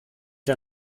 der